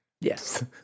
Yes